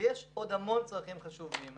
ויש עוד המון צרכים חשובים.